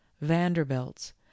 Vanderbilts